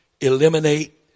eliminate